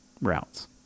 routes